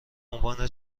عنوان